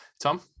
Tom